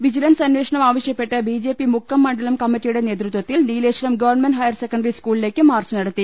vigilance അന്വേഷണം ആവശ്യപ്പെട്ട് B J P Mukkam മണ്ഡലം കമ്മറ്റിയുടെ നേതൃത്വത്തിൽ നീലേശ്വരം ഗവ ഹയർസെക്കൻഡറി സ്കൂളിലേക്കും മാർച്ച് നടത്തി